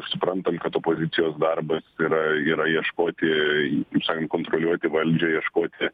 suprantam kad opozicijos darbas yra yra ieškoti kaip sakant kontroliuoti valdžią ieškoti